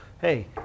hey